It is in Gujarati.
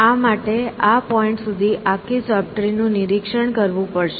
આ માટે આ પોઇન્ટ સુધી આખી સબ ટ્રી નું નિરીક્ષણ કરવું પડશે